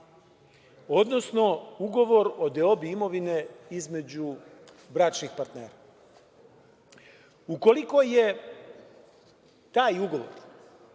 odnosno ugovor o deobi imovine između bračnih partnera. Ukoliko je taj ugovor